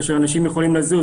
כאשר אנשים יכולים לזוז,